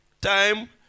time